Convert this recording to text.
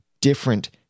different